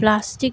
plastic